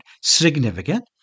significant